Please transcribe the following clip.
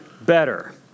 better